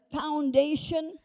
foundation